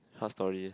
tell story